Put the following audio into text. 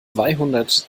zweihundert